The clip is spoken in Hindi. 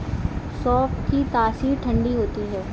सौंफ की तासीर ठंडी होती है